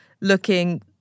looking